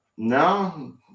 No